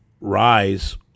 rise